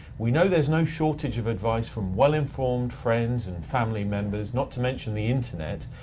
we know there's no shortage of advice from well-informed friends and family members, not to mention the internet.